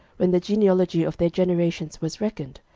when the genealogy of their generations was reckoned,